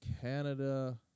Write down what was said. Canada